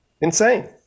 Insane